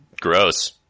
Gross